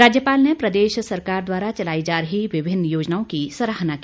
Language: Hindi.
राज्यपाल ने प्रदेश सरकार द्वारा चलाई जा रही विभिन्न योजनाओं की सराहना की